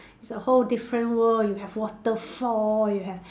it's a whole different world you have waterfall you have